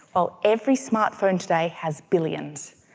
while every smart phone today has billions.